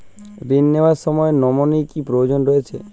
ঋণ নেওয়ার সময় নমিনি কি প্রয়োজন রয়েছে?